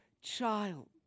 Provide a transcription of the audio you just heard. child